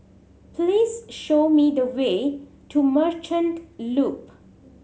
please show me the way to Merchant Loop